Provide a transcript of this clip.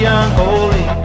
unholy